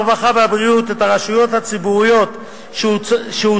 הרווחה והבריאות את הרשויות הציבוריות שהוצע